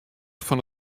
fan